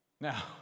Now